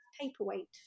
paperweight